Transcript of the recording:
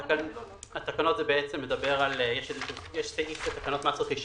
יש סעיף ספציפי